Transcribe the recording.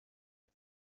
اقا